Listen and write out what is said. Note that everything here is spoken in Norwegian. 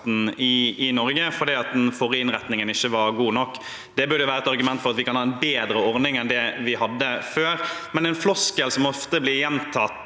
i Norge, fordi den forrige innretningen ikke var god nok. Det burde være et argument for at vi kan ha en bedre ordning enn det vi hadde før. En floskel som ofte blir gjentatt